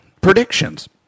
predictions